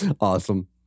Awesome